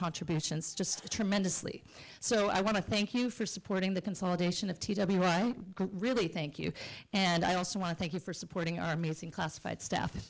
contributions just tremendously so i want to thank you for supporting the consolidation t w i'm really thank you and i also want to thank you for supporting our music classified stuff